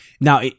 Now